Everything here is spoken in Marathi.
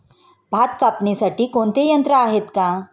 भात कापणीसाठी कोणते यंत्र आहेत का?